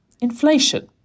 Inflation